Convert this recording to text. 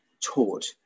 taught